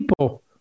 people